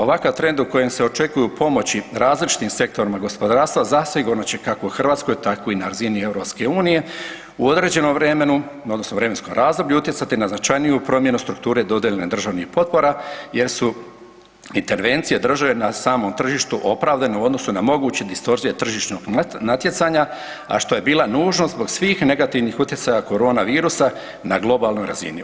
Ovakav trend u kojem se očekuju pomoći različitim sektorima gospodarstva zasigurno će kako u Hrvatskoj, tako i na razini EU u određenom vremenu odnosno vremenskom razdoblju utjecati na značajniju promjenu strukture dodjele državnih potpora jer su intervencije države na samom tržištu opravdane u odnosu na moguće distorzije tržišnog natjecanja, a što je bila nužnost zbog svih negativnih utjecaja corona virusa na globalnoj razini.